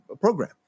program